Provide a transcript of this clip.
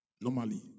Normally